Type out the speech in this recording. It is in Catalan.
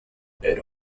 era